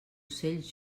ocells